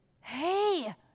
Hey